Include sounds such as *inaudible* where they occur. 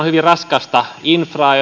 *unintelligible* hyvin raskasta infraa *unintelligible*